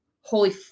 holy